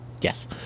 Yes